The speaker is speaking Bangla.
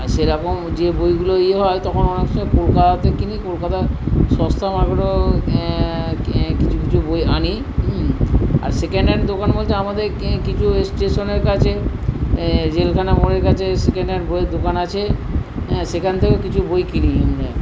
সেরকম যে বইগুলো ইয়ে হয় তখন অনেক সময় কলকাতাতে কিনি কলকাতায় সস্তা মালগুলো কিছু কিছু বই আনি আর সেকেন্ড হ্যান্ড দোকান বলতে আমাদের কিছু স্টেশনের কাছে জেলখানা মোরের কাছে সেকেন্ড হ্যান্ড বইয়ের দোকান আছে সেখান থেকে কিছু বই কিনি আমরা